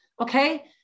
Okay